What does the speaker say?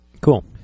Cool